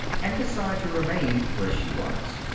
and decide to remain where she was.